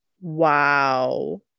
Wow